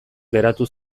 geratu